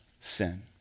sin